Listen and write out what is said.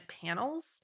panels